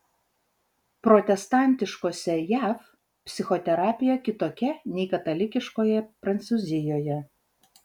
protestantiškose jav psichoterapija kitokia nei katalikiškoje prancūzijoje